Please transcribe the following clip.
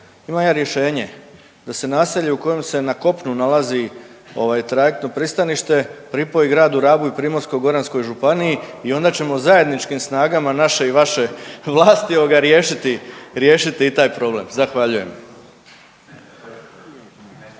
imam ja rješenje, da se naselje u kojem se na kopnu nalazi ovaj trajektno pristanište pripoji gradu Rabu i Primorsko-goranskoj županiji i onda ćemo zajedničkim snagama naše i vaše vlasti ovoga riješiti, riješiti i taj problem. Zahvaljujem.